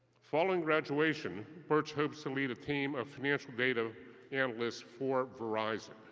following graduation, burch hopes to lead a team of financial data analysts for verizon.